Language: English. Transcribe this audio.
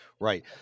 Right